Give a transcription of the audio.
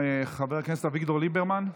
המתנגדים, חבר הכנסת אביגדור ליברמן.